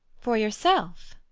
for yourself?